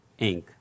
Inc